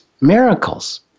miracles